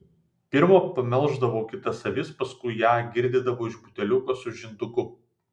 pirma pamelždavau kitas avis paskui ją girdydavau iš buteliuko su žinduku